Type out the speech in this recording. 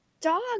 dog